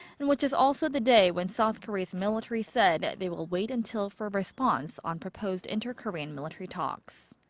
and which is also the day when south korea's military said they will wait until for a response on proposed inter-korean military talks.